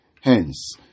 hence